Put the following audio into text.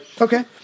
okay